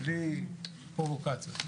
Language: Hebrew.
בלי פרובוקציות.